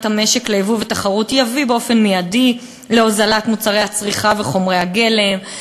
המשק ליבוא ותחרות תביא באופן מיידי להוזלת מוצרי הצריכה וחומרי הגלם,